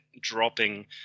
dropping